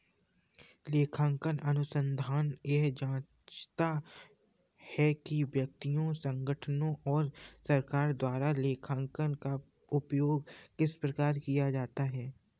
लेखांकन अनुसंधान यह जाँचता है कि व्यक्तियों संगठनों और सरकार द्वारा लेखांकन का उपयोग किस प्रकार किया जाता है